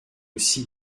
aussi